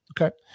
Okay